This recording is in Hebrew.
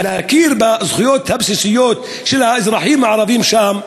להכיר בזכויות הבסיסיות של האזרחים הערבים שם.